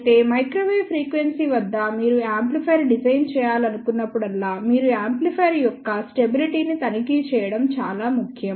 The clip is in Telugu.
అయితే మైక్రోవేవ్ ఫ్రీక్వెన్సీ వద్ద మీరు యాంప్లిఫైయర్ డిజైన్ చేయాలనుకున్నప్పుడల్లా మీరు యాంప్లిఫైయర్ యొక్క స్టెబిలిటీ ని తనిఖీ చేయడం చాలా ముఖ్యం